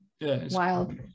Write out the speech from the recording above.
Wild